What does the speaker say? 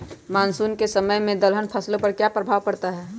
Monsoon के समय में दलहन फसलो पर क्या प्रभाव पड़ता हैँ?